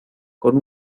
con